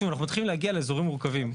שוב, אנחנו מתחילים להגיע לאזורים מורכבים.